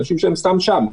אנשים שהם סתם שם.